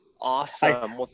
Awesome